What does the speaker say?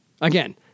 Again